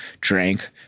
drank